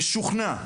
משוכנע.